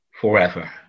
forever